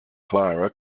clara